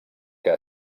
que